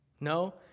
No